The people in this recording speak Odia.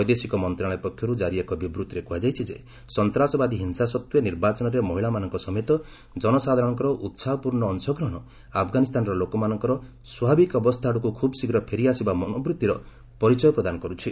ବୈଦେଶିକ ମନ୍ତ୍ରଶାଳୟ ପକ୍ଷରୁ ଜାରି ଏକ ବିବୂଭିରେ କୁହାଯାଇଚି ଯେସନ୍ତାସବାଦୀ ହିଂସା ସତ୍ତ୍ୱେ ନିର୍ବାଚନରେ ମହିଳାମାନଙ୍କ ସମେତ ଜନସାଧାରଣଙ୍କର ଉସାହପୂର୍ଣ୍ଣ ଅଂଶ୍ରଗହଣ ଆଫଗାନିସ୍ତାନର ଲୋକମାନଙ୍କର ସ୍ୱାଭାବିକ ଆଡକୁ ଖୁବଶୀଘ୍ର ଫେରି ଆସିବା ମନୋବୃତ୍ତିର ପରିଚୟ ପ୍ରଦନ କରୁଛି